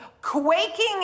quaking